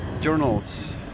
Journals